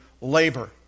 labor